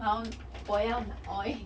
now 我要拿 oil